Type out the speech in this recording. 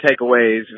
takeaways